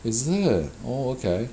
is it oh okay